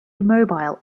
immobile